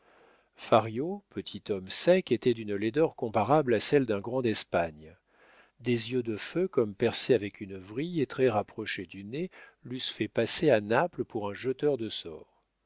petit homme sec était d'une laideur comparable à celle d'un grand d'espagne des yeux de feu comme percés avec une vrille et très rapprochés du nez l'eussent fait passer à naples pour un jeteur de sorts